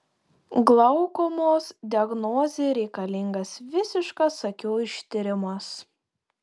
glaukomos diagnozei reikalingas visiškas akių ištyrimas